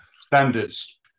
Standards